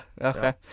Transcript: Okay